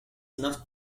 not